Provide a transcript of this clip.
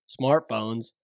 smartphones